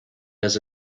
does